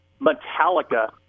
Metallica